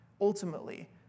ultimately